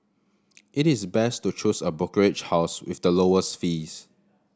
it is best to choose a brokerage house with the lowest fees